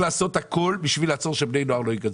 גם צריך לעשות הכל בשביל שבני נוער לא ייכנסו.